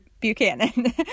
Buchanan